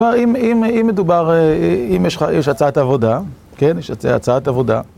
כלומר, אם מדובר, אם יש לך, יש הצעת עבודה, כן, יש הצעת עבודה